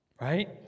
Right